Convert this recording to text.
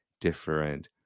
different